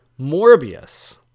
Morbius